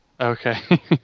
Okay